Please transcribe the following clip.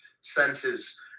Senses